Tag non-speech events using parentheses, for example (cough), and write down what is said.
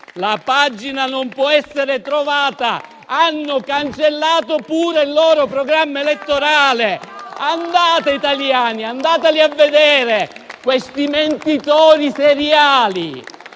La pagina non può essere trovata, hanno cancellato pure il loro programma elettorale. (applause) Andate italiani, andateli a vedere questi mentitori seriali.